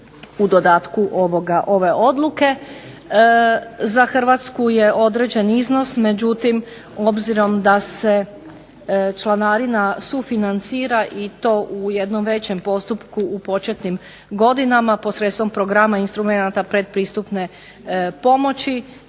u dodatku ove odluke. Za Hrvatsku je određen iznos, međutim obzirom da se članarina sufinancira i to u jednom većem postupku u početnim godinama posredstvom programa instrumenata pretpristupne pomoći,